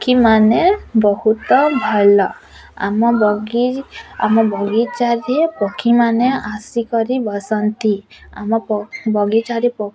ପକ୍ଷୀମାନେ ବହୁତ ଭଲ ଆମ ବଗି ଆମ ବଗିଚାରେ ପକ୍ଷୀମାନେ ଆସିକରି ବସନ୍ତି ଆମ ବ ବଗିଚାରେ ପ